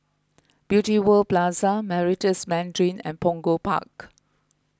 Beauty World Plaza Meritus Mandarin and Punggol Park